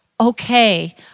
okay